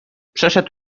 przeszedł